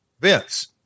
Vince